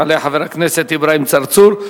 יעלה חבר הכנסת אברהים צרצור.